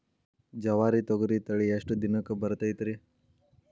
ಜವಾರಿ ತೊಗರಿ ತಳಿ ಎಷ್ಟ ದಿನಕ್ಕ ಬರತೈತ್ರಿ?